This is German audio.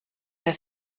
der